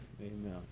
Amen